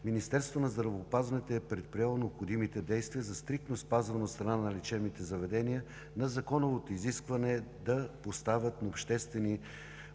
Министерството на здравеопазването е предприело необходимите действия за стриктно спазване от страна на лечебните заведения на законовото изискване да поставят на обществени